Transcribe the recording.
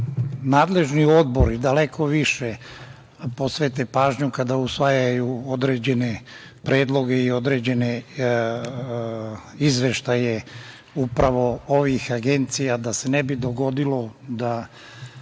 nadležni odbori daleko više posvete pažnju kada usvajaju određene predloge i određene izveštaje upravo ovih agencija da se ne bi dogodilo ono